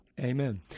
Amen